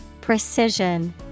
Precision